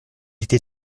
était